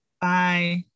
Bye